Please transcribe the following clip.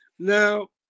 Now